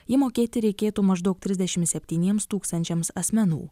jį mokėti reikėtų maždaug trisdešimt septyniems tūkstančiams asmenų